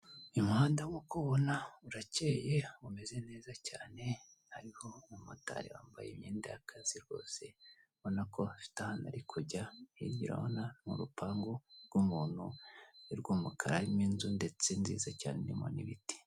Uyu muhanda nkuko uwubona urakeye umeze neza cyane ariko umumotari wambaye imyenda y'akazi rwose urabona ko afite ahantu ari kujya hirya urahabona n'urupangu rw'umuntu rw'umukara harimo inzu ndetse nziza cyane irimo n'ibiti.